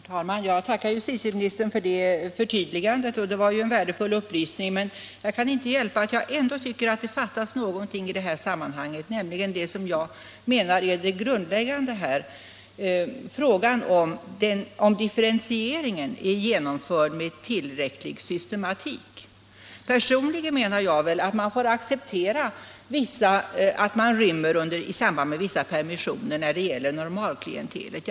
Herr talman! Jag tackar justitieministern för det förtydligandet; det var ju en värdefull upplysning. Men jag kan inte hjälpa att jag ändå tycker att det fattas någonting i detta sammanhang, nämligen det som jag menar är det grundläggande: frågan om differentieringen är genomförd med tillräcklig systematik. Personligen anser jag att man får acceptera 129 130 att rymningar förekommer i samband med vissa permissioner när det gäller normalklientelet.